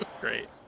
Great